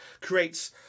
creates